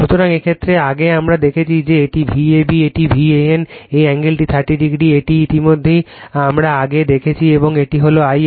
সুতরাং এই ক্ষেত্রে আগে আমরা দেখেছি যে এটি Vab এটি Van এই অ্যাঙ্গেলটি 30o এটি ইতিমধ্যেই আমরা আগে দেখেছি এবং এটি হল I a